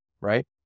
right